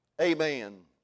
Amen